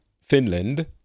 finland